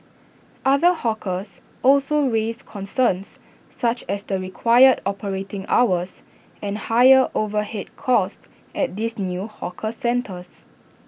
other hawkers also raised concerns such as the required operating hours and higher overhead costs at these new hawker centres